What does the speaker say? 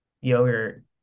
yogurt